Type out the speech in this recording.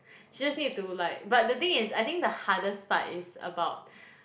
she just need to like but the thing is I think the hardest part is about